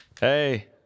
hey